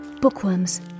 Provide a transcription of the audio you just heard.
Bookworms